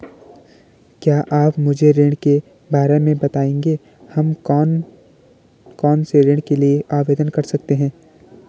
क्या आप मुझे ऋण के बारे में बताएँगे हम कौन कौनसे ऋण के लिए आवेदन कर सकते हैं?